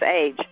age